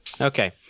okay